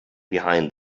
behind